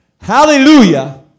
hallelujah